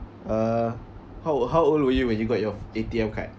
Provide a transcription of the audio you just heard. uh how o~ how old were you when you got your A_T_M card